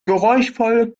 geräuschvoll